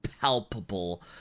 palpable